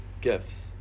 gifts